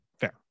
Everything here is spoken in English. Fair